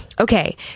okay